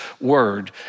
word